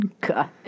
God